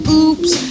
oops